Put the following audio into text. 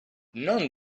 non